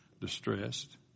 distressed